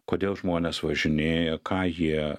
kodėl žmonės važinėja ką jie